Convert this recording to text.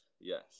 Yes